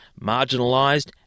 marginalised